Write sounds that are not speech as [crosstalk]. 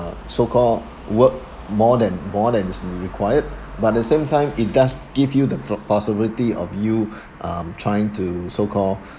so-called work more than more than is required but at the same time it does give you the p~ possibility of you um trying to so-called [breath]